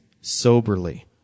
soberly